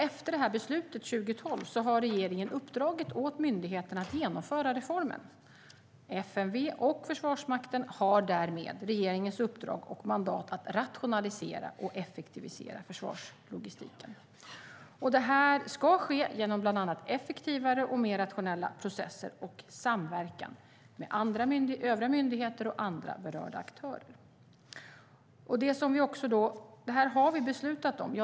Efter beslutet 2012 har regeringen uppdragit åt myndigheterna att genomföra reformen. FMV och Försvarsmakten har därmed regeringens uppdrag och mandat att rationalisera och effektivisera försvarslogistiken. Det här ska ske genom bland annat effektivare och mer rationella processer och samverkan med övriga myndigheter och andra berörda aktörer. Det har vi beslutat om.